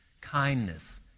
kindness